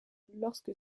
lorsque